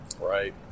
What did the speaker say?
right